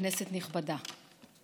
כנסת נכבדה,